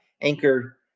Anchor